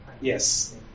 Yes